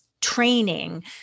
training